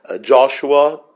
Joshua